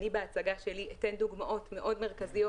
בהצגה שלי אני אתן דוגמאות מאוד מרכזיות